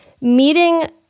meeting